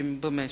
עובדים במשק.